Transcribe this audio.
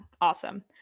awesome